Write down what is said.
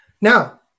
Now